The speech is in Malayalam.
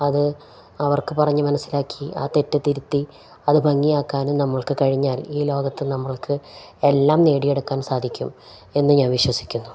അത് അവർക്കു പറഞ്ഞു മനസ്സിലാക്കി ആ തെറ്റു തിരുത്തി അതു ഭംഗിയാക്കാനും നമ്മൾക്കു കഴിഞ്ഞാൽ ഈ ലോകത്തു നമ്മൾക്ക് എല്ലാം നേടിയെടുക്കാൻ സാധിക്കും എന്നു ഞാൻ വിശ്വസിക്കുന്നു